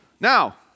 Now